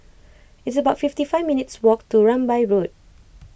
it's about fifty five minutes' walk to Rambai Road